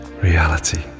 reality